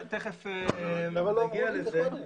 תיכף נגיע לזה.